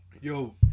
Yo